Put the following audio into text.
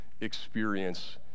experience